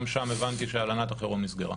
גם שם הבנתי שהלנת החירום נסגרה.